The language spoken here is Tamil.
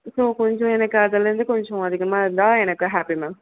ஸோ கொஞ்சம் எனக்கு அதில் இருந்து கொஞ்சம் அதிகமாக இருந்தால் எனக்கு ஹாப்பி மேம்